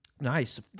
Nice